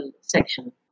section